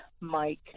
Mike